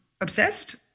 obsessed